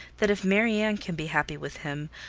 that if marianne can be happy with him,